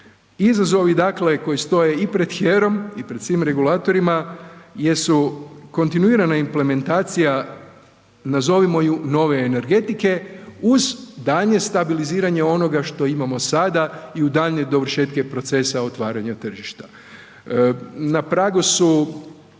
Izazovi dakle koji staje i pred HERA-om i pred svim regulatorima jesu kontinuirana implementacija nazovimo ju nove energetike uz daljnje stabiliziranje onoga što imamo sada i u daljnje dovršetke procesa otvaranja tržišta. Na pragu su